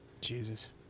Jesus